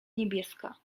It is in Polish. niebieska